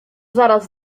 zaraz